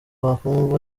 bakumva